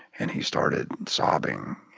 and, he started sobbing,